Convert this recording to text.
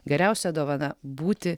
geriausia dovana būti